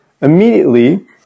immediately